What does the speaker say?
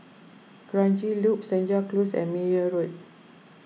Kranji Loop Senja Close and Meyer Road